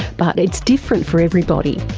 but it's different for everybody,